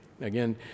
Again